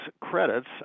credits